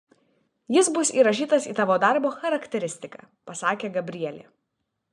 jis bus įrašytas į tavo darbo charakteristiką pasakė gabrielė